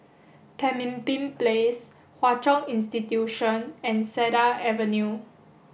Pemimpin Place Hwa Chong Institution and Cedar Avenue